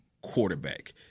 quarterback